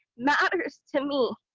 matters to me.